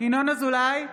ינון אזולאי,